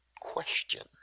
question